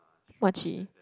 mochi